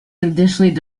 additionally